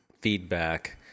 feedback